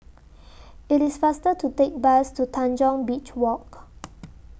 IT IS faster to Take Bus to Tanjong Beach Walk